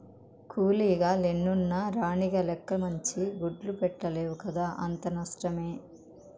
కూలీగ లెన్నున్న రాణిగ లెక్క మంచి గుడ్లు పెట్టలేవు కదా అంతా నష్టమే